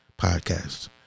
Podcast